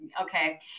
Okay